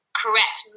correct